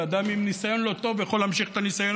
ואדם עם ניסיון לא טוב יכול להמשיך את הניסיון